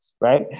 right